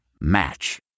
Match